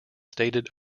stated